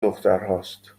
دخترهاست